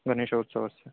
गणेशोत्सवस्य